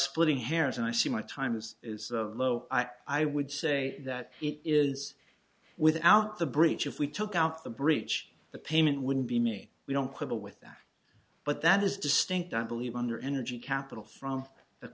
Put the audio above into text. splitting hairs and i see my time is is low i would say that it is without the breach if we took out the breach the payment wouldn't be me we don't quibble with that but that is distinct i believe under energy capital from the